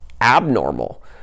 abnormal